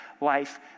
life